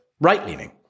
right-leaning